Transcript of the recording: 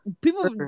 People